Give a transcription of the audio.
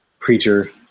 Preacher